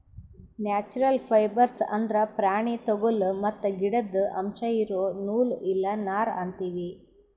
natural fibres ಅಂದ್ರ ಪ್ರಾಣಿ ತೊಗುಲ್ ಮತ್ತ್ ಗಿಡುದ್ ಅಂಶ್ ಇರೋ ನೂಲ್ ಇಲ್ಲ ನಾರ್ ಅಂತೀವಿ